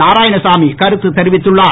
நாராயணசாமி கருத்து தெரிவித்துள்ளார்